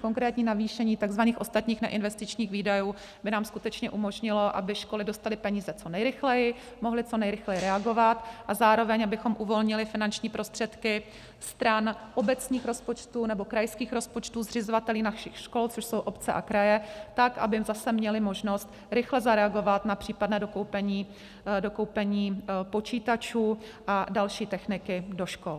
konkrétní navýšení takzvaných ostatních neinvestičních výdajů by nám skutečně umožnilo, aby školy dostaly peníze co nejrychleji, mohly co nejrychleji reagovat a zároveň abychom uvolnili finanční prostředky stran obecních rozpočtů nebo krajských rozpočtů, zřizovateli našich škol, což jsou obce a kraje, tak aby zase měly možnosti rychle zareagovat na případné dokoupení počítačů a další techniky do škol.